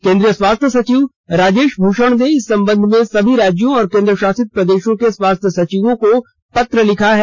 केंद्रीय स्वास्थ्य सचिव राजेश भूषण ने इस संबंध में सभी राज्यों और केंद्र शासित प्रदेशों के स्वास्थ्य सचिवों को पत्र लिखा है